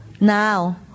now